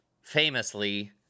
famously